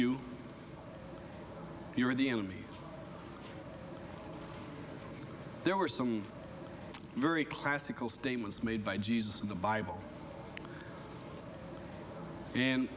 you you're the enemy there were some very classical statements made by jesus in the bible